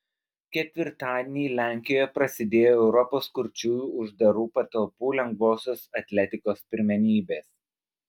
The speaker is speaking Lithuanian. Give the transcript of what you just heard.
ketvirtadienį lenkijoje prasidėjo europos kurčiųjų uždarų patalpų lengvosios atletikos pirmenybės